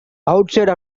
outside